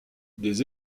des